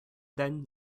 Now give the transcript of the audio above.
then